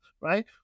right